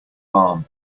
arm